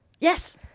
Yes